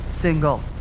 single